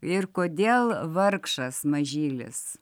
ir kodėl vargšas mažylis